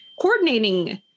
coordinating